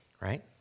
right